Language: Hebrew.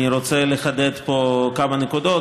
אני רוצה לחדד פה כמה נקודות,